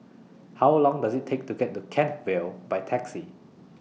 How Long Does IT Take to get to Kent Vale By Taxi